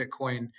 Bitcoin